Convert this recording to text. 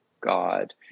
God